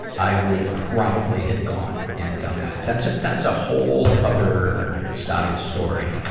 i would probably have gone and done that. that's a, that's a whole other side story,